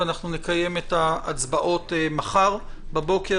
ואנחנו נקיים את ההצבעות מחר בבוקר,